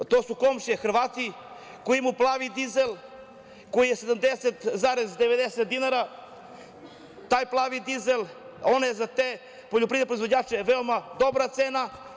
To su komšije Hrvati koji imaju plavi dizel koji je 70,90 dinar, taj plavi dizel, on je za te poljoprivredne proizvođače veoma dobra cena.